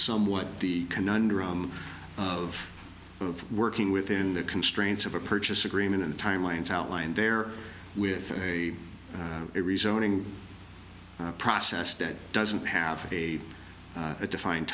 somewhat the conundrum of of working within the constraints of a purchase agreement and timelines outlined there with a resigning process that doesn't have a defined